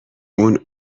اون